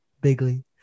Bigly